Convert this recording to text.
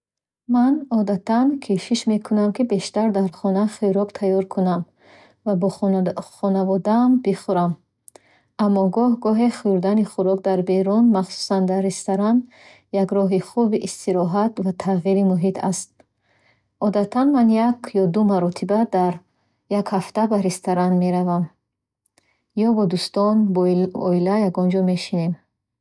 Ман одатан кӯшиш мекунам, ки бештар дар хона хӯрок тайёр кунам ва бо хонаводаам бихӯрам. Аммо гоҳ-гоҳе хӯрдани хӯрок дар берун, махсусан дар ресторан, як роҳи хуби истироҳат ва тағйири муҳит аст. Одатан, ман як ё ду маротиба дар як ҳафта ба ресторан меравам ё бо дӯстон, ё бо оила ягон ҷо мешинем.